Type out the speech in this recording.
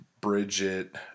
Bridget